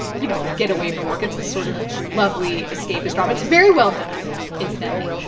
you know, get away from work. it's this sort of lovely escapist drama. it's very well done incidentally.